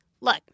look